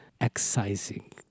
excising